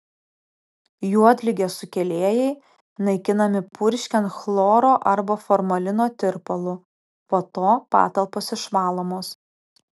juodligės sukėlėjai naikinami purškiant chloro arba formalino tirpalu po to patalpos išvalomos